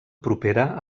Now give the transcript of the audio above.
propera